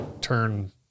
turn